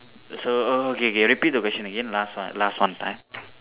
so okay K repeat the question again last one last one time